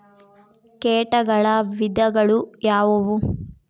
ಕೇಟಗಳ ವಿಧಗಳು ಯಾವುವು?